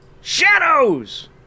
Shadows